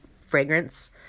fragrance